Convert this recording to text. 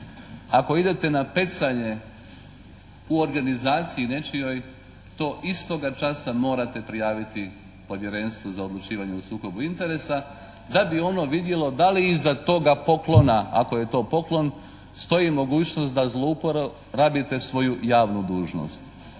ako idete na pecanje u organizaciji nečijoj to istoga časa morate prijaviti Povjerenstvu za odlučivanje o sukobu interesa da bi ono vidjelo da li iza toga poklona, ako je to poklon stoji mogućnost da zlouporabite svoju javnu dužnost.